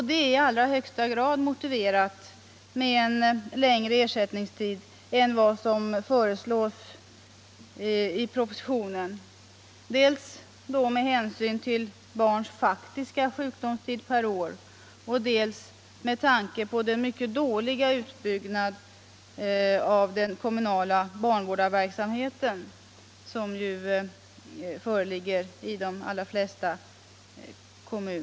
Det är i allra högsta grad motiverat med en längre ersättningstid än vad som föreslås i propositionen, dels med hänsyn till barns faktiska sjukdomstid per år, dels med tanke på den i de allra flesta kommuner mycket dåliga utbyggnaden av den kommunala barnvårdarverksamheten.